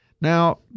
Now